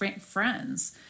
friends